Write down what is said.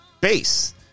base